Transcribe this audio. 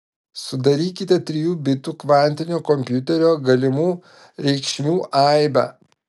sudarykite trijų bitų kvantinio kompiuterio galimų reikšmių aibę